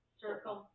circle